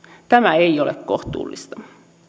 tämä ei ole kohtuullista